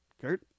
kurt